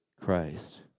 Christ